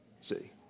see